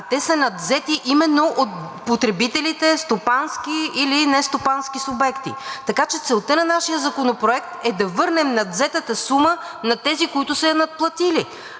те са надвзети именно от потребителите – стопански или нестопански субекти, така че целта на нашия законопроект е да върнем надвзетата сума на тези, които са я надплатили,